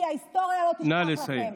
כי ההיסטוריה לא תשכח אתכם.